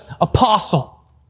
apostle